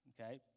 okay